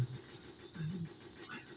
कीड टाळण्यासाठी काही पिके जाळीने झाकता येतात